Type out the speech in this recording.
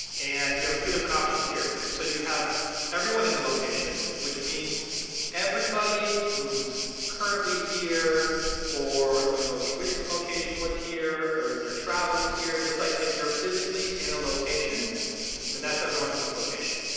and you have a few different options here. so you have everyone in the location, which means everybody who's currently here or their most recent location was here or they're traveling here, just like if you're physically in a location, then that's everyone in this location.